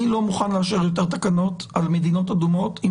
אני לא מוכן לאשר את התקנות על מדינות אדומות אם